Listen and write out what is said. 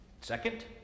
Second